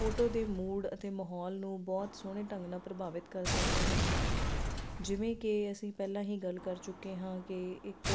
photo ਦੇ mood ਅਤੇ ਮਾਹੌਲ ਨੂੰ ਬਹੁਤ ਸੋਹਣੇ ਢੰਗ ਨਾਲ ਪ੍ਰਭਾਵਿਤ ਕਰ ਸਕਦਾ ਹੈ ਜਿਵੇਂ ਕਿ ਅਸੀਂ ਪਹਿਲਾਂ ਹੀ ਗੱਲ ਕਰ ਚੁੱਕੇ ਹਾਂ ਕਿ ਇੱਕ